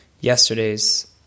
yesterday's